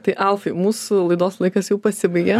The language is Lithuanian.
tai alfai mūsų laidos laikas jau pasibaigė